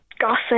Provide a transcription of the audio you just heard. gossip